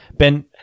Ben